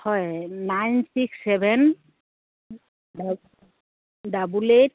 হয় nine six seven double eight